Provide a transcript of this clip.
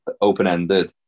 open-ended